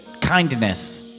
Kindness